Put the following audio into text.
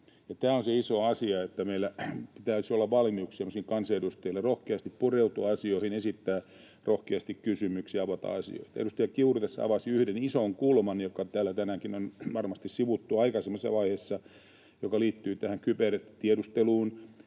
Tämä on se iso asia, että meillä kansanedustajilla täytyisi olla valmiuksia rohkeasti pureutua asioihin, esittää rohkeasti kysymyksiä ja avata asioita. Edustaja Kiuru tässä avasi yhden ison kulman, jota täällä tänäänkin on varmasti sivuttu aikaisemmassa vaiheessa ja joka liittyy tähän kybertiedusteluun